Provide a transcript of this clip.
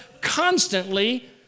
constantly